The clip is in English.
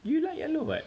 you like yellow what